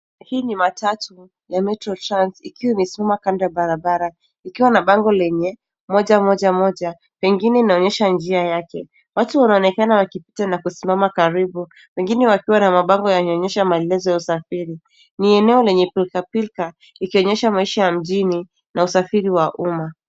Hii ni matatu ya metro trans ikiwa imesimama kando ya barabara ikiwa na bango lenye 111, pengine inaonyesha njia yake. Watu wanaonekana wakipita na kusimama karibu, wengine wakiwa na mabango yanayoonyesha maelezo ya usafiri. Ni eneo lenye pilikapilika likionyesha maisha ya mjini na usafiri wa umma.